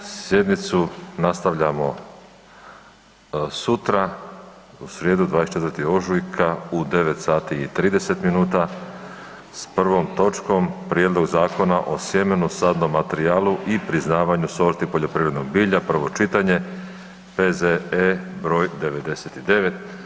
Sjednicu nastavljamo sutra, u srijedu 24. ožujka u 9,30 minuta sa prvom točkom - Prijedlog zakona o sjemenu, sadnom materijalu i priznavanju sorti poljoprivrednog bilja, prvo čitanje, P.Z.E. br. 99.